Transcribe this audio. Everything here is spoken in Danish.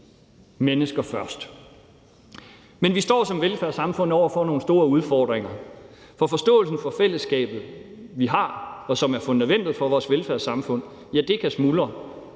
mennesker først. Men vi står som velfærdssamfund over for nogle store udfordringer. For forståelsen for fællesskabet, som vi har, og som er fundamentet under vores velfærdssamfund, kan smuldre.